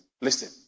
listen